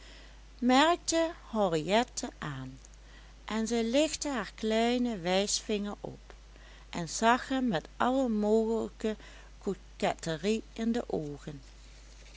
merkte henriette aan en zij lichtte haar kleinen wijsvinger op en zag hem met alle mogelijke coquetterie in de oogen